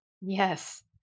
Yes